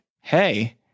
hey